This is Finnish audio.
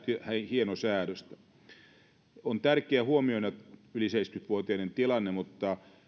hienosäädöstä on tärkeä huomioida yli seitsemänkymmentä vuotiaiden tilanne mutta